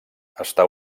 està